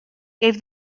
gave